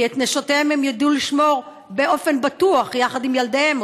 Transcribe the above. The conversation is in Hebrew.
כי את נשותיהם הם ידעו לשמור באופן בטוח יחד עם ילדיהם,